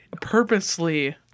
purposely